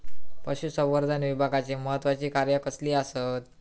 पशुसंवर्धन विभागाची महत्त्वाची कार्या कसली आसत?